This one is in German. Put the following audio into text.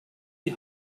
die